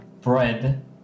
bread